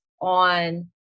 on